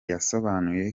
yasobanuye